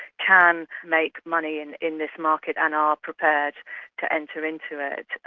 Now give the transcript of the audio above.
can make money in in this market and are prepared to enter into it,